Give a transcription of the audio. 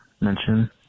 mention